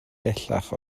bellach